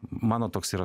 mano toks yra